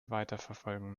weiterverfolgen